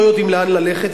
לא יודעים לאן ללכת,